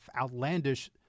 outlandish